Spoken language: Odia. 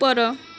ଉପର